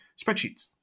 spreadsheets